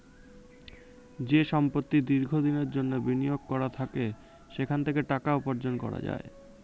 যে সম্পত্তি দীর্ঘ দিনের জন্যে বিনিয়োগ করা থাকে সেখান থেকে টাকা উপার্জন করা যায়